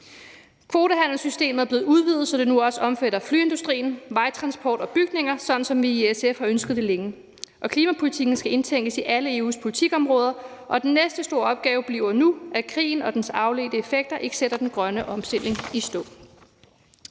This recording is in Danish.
Kvotehandelssystemet er blevet udvidet, så det nu også omfatter flyindustrien, vejtransport og bygninger, sådan som vi i SF har ønsket det længe. Klimapolitikken skal indtænkes i alle EU's politikområder, og den næste store opgave bliver nu, at krigen og dens afledte effekter ikke sætter den grønne omstilling i stå.